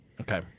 okay